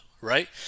right